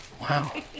Wow